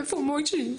איפה מויישי.